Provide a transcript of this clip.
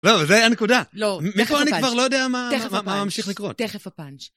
לא, אבל זה היה הנקודה. לא, תכף הפאנץ'. מפה אני כבר לא יודע מה... מה ממשיך לקרות. תכף הפאנץ'.